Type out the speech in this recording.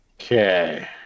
Okay